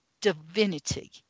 divinity